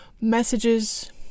messages